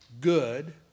good